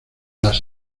las